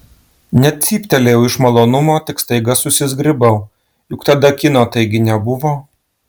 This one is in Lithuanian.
net cyptelėjau iš malonumo tik staiga susizgribau juk tada kino taigi nebuvo